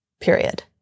period